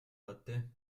hatte